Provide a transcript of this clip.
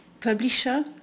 publisher